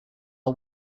are